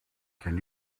can